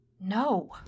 No